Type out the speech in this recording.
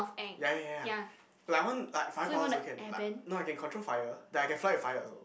ya ya ya ya like I want like fire power also can like no I can control fire that I can fly a fire also